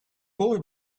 boy